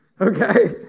Okay